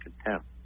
contempt